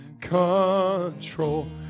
control